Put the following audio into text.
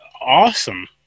awesome